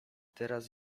teraz